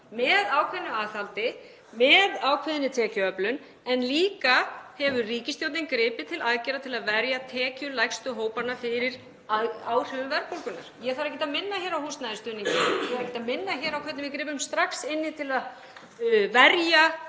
með ákveðnu aðhaldi og með ákveðinni tekjuöflun. Ríkisstjórnin hefur líka gripið til aðgerða til að verja tekjulægstu hópana fyrir áhrifum verðbólgunnar. Ég þarf ekkert að minna hér á húsnæðisstuðninginn, ég þarf ekki að minna á hvernig við gripum strax inn í til að verja